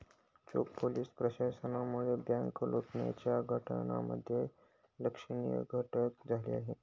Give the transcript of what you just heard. चोख पोलीस प्रशासनामुळे बँक लुटण्याच्या घटनांमध्ये लक्षणीय घट झाली आहे